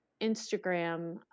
Instagram